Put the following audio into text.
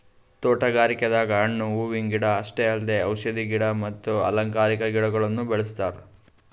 ತೋಟಗಾರಿಕೆದಾಗ್ ಹಣ್ಣ್ ಹೂವಿನ ಗಿಡ ಅಷ್ಟೇ ಅಲ್ದೆ ಔಷಧಿ ಗಿಡ ಮತ್ತ್ ಅಲಂಕಾರಿಕಾ ಗಿಡಗೊಳ್ನು ಬೆಳೆಸ್ತಾರ್